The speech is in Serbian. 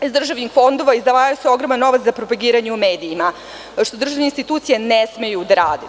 Iz državnih fondova daje se ogroman novac za propagiranje u medijima, što državne institucije ne smeju da rade.